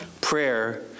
prayer